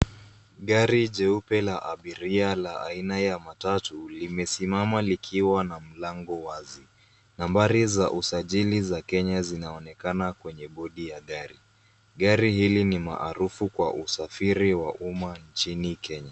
Gari jeupe la abiria la aina ya matatu limesimama likiwa na mlango wazi. Nambari za usajili za Kenya zinaonekana kwenye bodi ya gari. Gari hili ni maarufu kwa usafiri wa umma nchini Kenya.